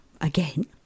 again